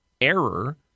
error